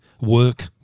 work